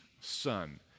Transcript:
son